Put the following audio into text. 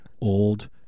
Old